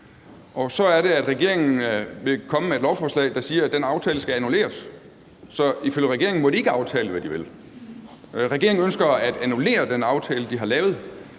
at regeringen vil komme med et lovforslag, der siger, at den aftale skal annulleres, så ifølge regeringen må de ikke aftale, hvad de vil. Regeringen ønsker at annullere den aftale, de har lavet,